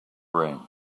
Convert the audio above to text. room